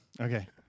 Okay